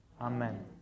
Amen